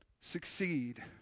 succeed